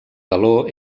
galó